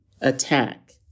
attack